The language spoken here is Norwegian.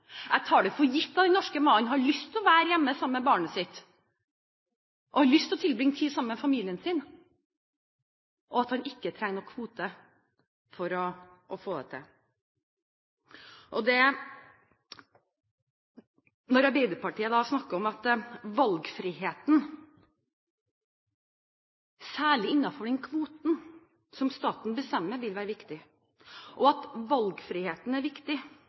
Jeg tar det for gitt at den norske mannen har lyst til å være hjemme sammen med barnet sitt og har lyst til å tilbringe tid sammen med familien sin, og at han ikke trenger noen kvote for å få det til. Arbeiderpartiet snakker om at valgfriheten vil være viktig, særlig innenfor den kvoten som staten bestemmer, og at valgfriheten er viktig